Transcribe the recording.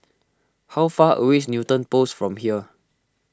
how far away is Newton Post from here